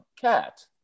cat